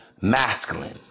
masculine